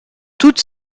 toutes